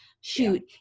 shoot